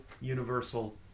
universal